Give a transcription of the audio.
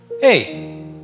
Hey